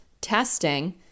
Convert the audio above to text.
testing